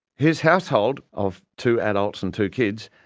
his household, of two adults and two kids,